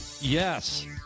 Yes